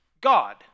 God